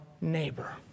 neighbor